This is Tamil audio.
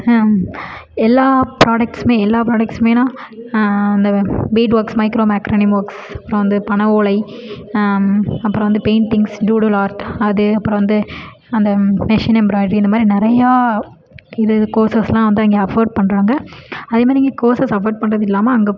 எல்லா ப்ராடக்ட்ஸுமே எல்லா ப்ராடக்ட்ஸுமேனா வந்து பீட் ஒர்க்ஸ் மைக்ரோ மேக்ரேனி மோக்ஸ் அப்றம் வந்து பனை ஓலை அப்றம் வந்து பெயிண்டிங்ஸ் டூடுல் ஆர்ட் அது அப்பறம் வந்து அந்த மிஷின் எம்ப்ராயிட்ரி இந்த மாதிரி நிறையா இது கோர்ஸஸ்லாம் வந்து இங்கே அஃபோர்ட் பண்ணுறாங்க அதேமாரி இங்கே கோர்ஸஸ் அஃபோர்ட் பண்ணுறது இல்லாமல் அங்கே